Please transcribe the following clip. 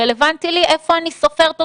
רלוונטי לי איפה אני סופרת אותו,